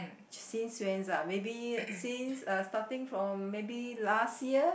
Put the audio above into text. since when's uh maybe since uh starting from maybe last year